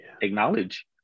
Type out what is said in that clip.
acknowledge